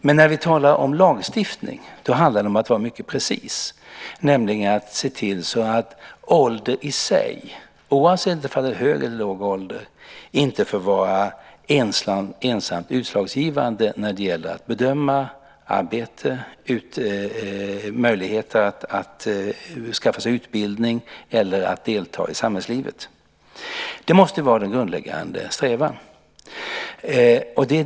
Men när vi talar om lagstiftning handlar det om att vara mycket precis, nämligen att se till att ålder i sig - oavsett om det är fråga om hög eller låg ålder - inte får vara ensamt utslagsgivande när det gäller att bedöma arbete, möjligheter att skaffa sig utbildning eller att delta i samhällslivet. Det måste vara den grundläggande strävan.